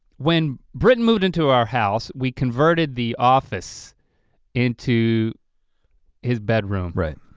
when britton moved into our house, we converted the office into his bedroom. right.